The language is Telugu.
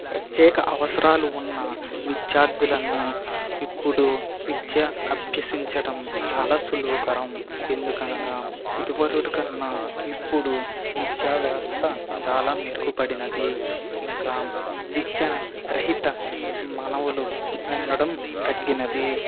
ప్రత్యేక అవసరాలు ఉన్న విద్యార్థులను ఇప్పుడు విద్య అభ్యసించడం చాలా సులభతరం ఎందుకనగా ఇదివరకటి కన్నా ఇప్పుడు విద్యా వ్యవస్థ చాలా మెరుగుపడినది ఇంకా విద్య రహిత మనవులు ఉండడం తగ్గినది